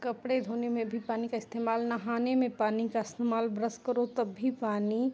कपड़े धोने में भी पानी का इस्तेमाल नहाने में पानी का इस्तेमाल ब्रश करो तब भी पानी